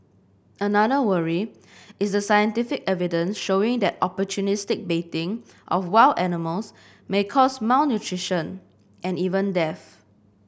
another worry is the scientific evidence showing that opportunistic baiting of wild animals may cause malnutrition and even death